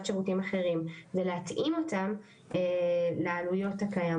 שירותים אחרים ולהתאים אותם לעלויות הקיימות.